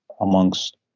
amongst